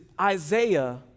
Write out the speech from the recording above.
Isaiah